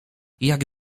jak